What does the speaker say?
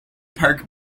park